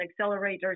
accelerators